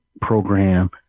program